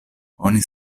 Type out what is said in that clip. oni